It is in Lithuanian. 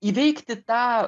įveikti tą